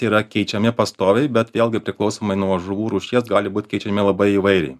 yra keičiami pastoviai bet vėlgi priklausomai nuo žuvų rūšies gali būt keičiami labai įvairiai